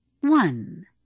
One